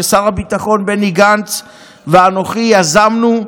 ששר הביטחון בני גנץ ואנוכי יזמנו,